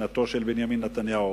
משנתו של בנימין נתניהו